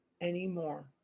anymore